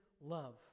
love